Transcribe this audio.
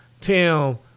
Tim